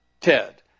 Ted